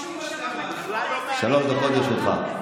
שלוש דקות לרשותך.